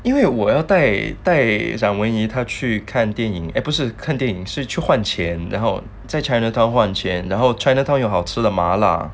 因为我要带带上文怡她去看电影 eh 不是看电影是去换钱然后在 chinatown 换钱然后 chinatown 有好吃的麻辣